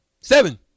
seven